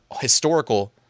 historical